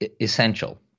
essential